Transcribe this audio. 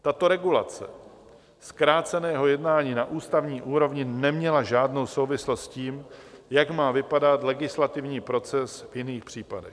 Tato regulace zkráceného jednání na ústavní úrovni neměla žádnou souvislost s tím, jak má vypadat legislativní proces v jiných případech.